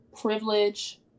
privilege